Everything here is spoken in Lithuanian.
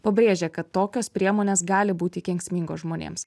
pabrėžia kad tokios priemonės gali būti kenksmingos žmonėms